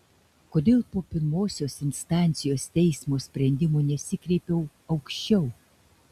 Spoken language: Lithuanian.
kodėl po pirmosios instancijos teismo sprendimo nesikreipiau aukščiau